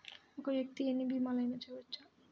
ఒక్క వ్యక్తి ఎన్ని భీమలయినా చేయవచ్చా?